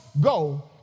go